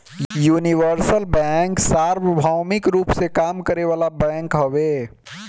universal bank सार्वभौमिक रूप में काम करे वाला बैंक हवे